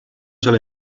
sale